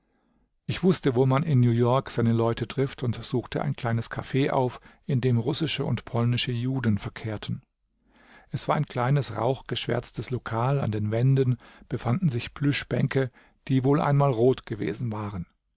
ich wußte wo man in new york seine leute trifft und suchte ein kleines caf auf in dem russische und polnische juden verkehrten es war ein kleines rauchgeschwärztes lokal an den wänden befanden sich plüschbänke die wohl einmal rot gewesen waren